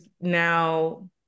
now